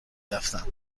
رفتند